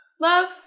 Love